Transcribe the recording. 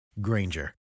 Granger